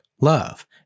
love